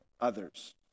others